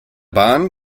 bahn